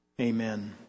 Amen